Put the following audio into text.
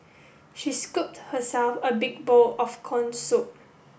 she scooped herself a big bowl of corn soup